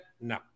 No